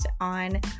on